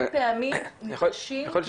השכבה של